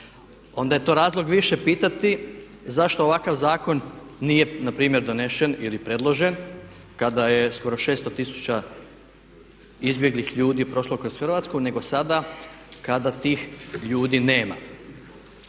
Onda je to razlog više pitati zašto ovakav zakon nije npr. donesen ili predložen kada je skoro 600 tisuća izbjeglih ljudi prošlo kroz Hrvatsku nego sada kada tih ljudi nema.